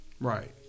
right